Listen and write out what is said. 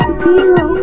zero